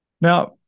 Now